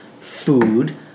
food